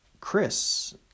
Chris